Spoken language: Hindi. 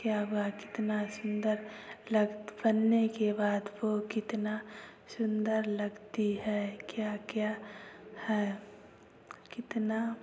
क्या वाह कितना सुंदर लग बनने के बाद वो कितना सुंदर लगती है क्या क्या है कितना